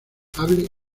hable